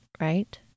right